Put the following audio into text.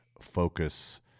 focus